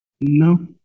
No